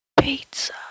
Pizza